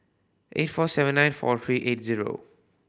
eight four seven nine four three eight zero